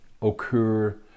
occur